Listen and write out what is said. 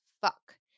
fuck